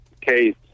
case